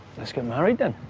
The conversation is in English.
let's get married then.